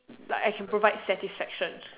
like I can provide satisfaction